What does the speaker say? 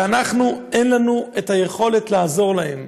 ואנחנו, אין לנו יכולת לעזור להן.